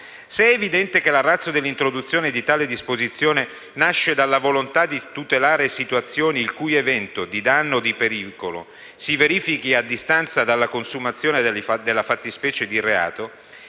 se è evidente che la *ratio* dell'introduzione di tale disposizione nasce dalla volontà di tutelare situazioni in cui l'evento - di danno o di pericolo - si verifichi a distanza dalla consumazione della fattispecie di reato,